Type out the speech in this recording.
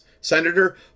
senator